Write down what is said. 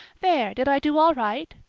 there, did i do all right?